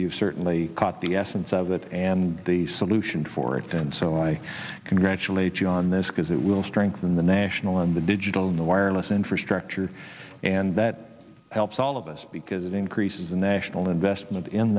you've certainly got the essence of it and the solution for it and so i congratulate you on this because it will strengthen the national and the digital in the wireless infrastructure and that helps all of us because it increases in national investment in